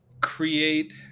create